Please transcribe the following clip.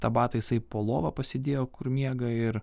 tą batą jisai po lova pasidėjo kur miega ir